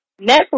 Netflix